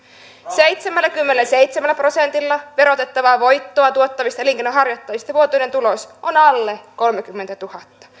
seitsemälläkymmenelläseitsemällä prosentilla verotettavaa voittoa tuottavista elinkeinonharjoittajista vuotuinen tulos on alle kolmekymmentätuhatta